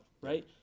right